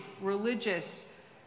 religious